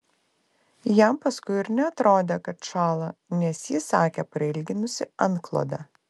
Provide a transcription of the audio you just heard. jam paskui ir neatrodė kad šąla nes ji sakė prailginusi antklodę